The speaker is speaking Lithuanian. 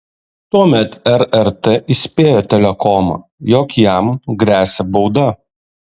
tuomet rrt įspėjo telekomą jog jam gresia bauda